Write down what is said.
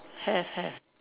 have have